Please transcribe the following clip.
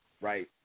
right